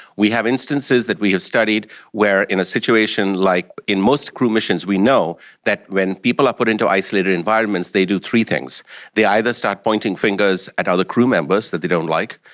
we have instances that we have studied where in a situation where like in most crew missions we know that when people are put into isolated environments they do three things they either start pointing fingers at other crew members that they don't like,